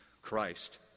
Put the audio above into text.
Christ